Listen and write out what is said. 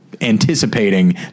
anticipating